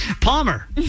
Palmer